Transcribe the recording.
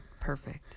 perfect